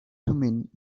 thummim